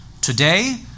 Today